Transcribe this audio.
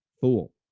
fool